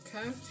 Okay